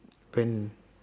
when